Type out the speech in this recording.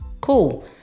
cool